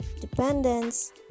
dependence